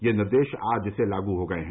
ये निर्देश आज से लागू हो गए हैं